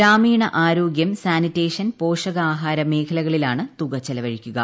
ഗ്രാമീണ ആരോഗ്യം സാനിട്ടേഷൻ പോഷകാഹാര മേഖലകളിലാണ് തുക ചെലവഴിക്കുക